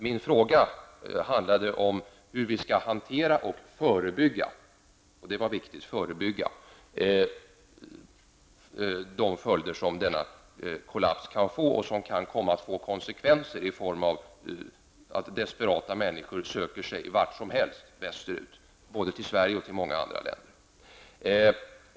Min fråga handlade om hur vi skall hantera och förebygga de följder som denna kollaps kan få och som kan komma att få konsekvenser i form av att desperata människor söker sig vart som helst västerut, både till Sverige och till andra länder.